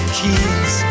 keys